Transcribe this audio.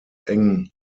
eng